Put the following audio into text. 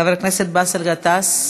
חבר הכנסת באסל גטאס.